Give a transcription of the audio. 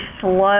slow